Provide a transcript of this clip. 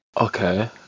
Okay